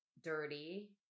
dirty